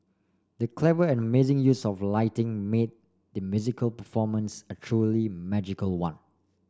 the clever and amazing use of lighting made the musical performance a truly magical one